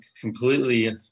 completely